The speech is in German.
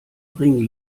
bringen